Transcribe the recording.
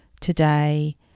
today